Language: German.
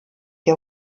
der